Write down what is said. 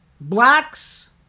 blacks